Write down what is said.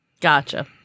Gotcha